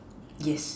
yes